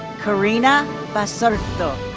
karina basurto.